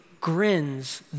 grins